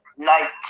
Night